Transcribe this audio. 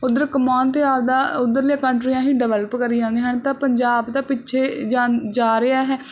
ਉੱਧਰ ਕਮਾਉਣ ਅਤੇ ਆਪਦਾ ਉੱਧਰਲੀਆਂ ਕੰਟਰੀਆਂ ਹੀ ਡਿਵੈਲਪ ਕਰੀ ਜਾਂਦੇ ਹਨ ਤਾਂ ਪੰਜਾਬ ਤਾਂ ਪਿੱਛੇ ਜਾਣ ਜਾ ਰਿਹਾ ਹੈ